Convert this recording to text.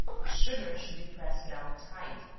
the sugar should be pressed down tight,